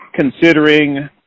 considering